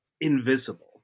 invisible